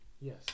Yes